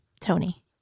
Tony